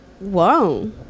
Whoa